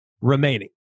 remaining